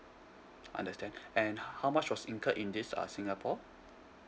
understand and how much was incurred in this uh singapore